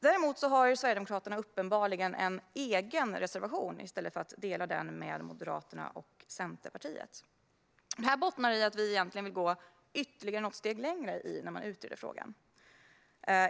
Däremot har Sverigedemokraterna en egen reservation i stället för att dela den gemensamma reservationen från Moderaterna och Centerpartiet, och det bottnar i att vi egentligen vill gå ytterligare något steg längre när man utreder frågan.